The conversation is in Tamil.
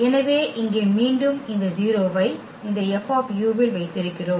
எனவே இங்கே மீண்டும் இந்த 0 ஐ இந்த F இல் வைத்திருக்கிறோம்